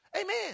amen